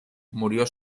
murió